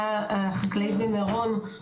דיבר על זה המשנה ליועצת המשפטית לממשלה,